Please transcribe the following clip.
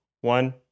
one